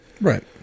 right